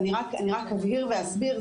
אני רק אבהיר ואסביר,